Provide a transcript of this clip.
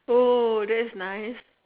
oh thats nice